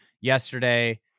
yesterday